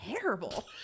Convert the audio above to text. terrible